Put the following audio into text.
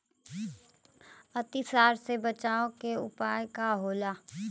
अतिसार से बचाव के उपाय का होला?